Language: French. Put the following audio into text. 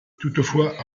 toutefois